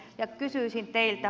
ja kysyisin teiltä